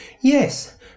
yes